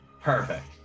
Perfect